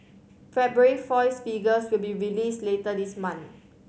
February foils figures will be released later this month